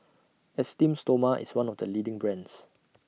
Esteem Stoma IS one of The leading brands